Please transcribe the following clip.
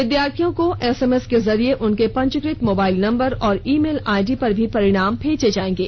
विद्यार्थियों को एसएमएस के जरिए उनके पंजीकृत मोबाइल नंबर और ई मेल आईडी पर भी परिणाम भेजे जाएंगे